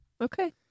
Okay